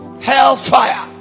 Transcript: hellfire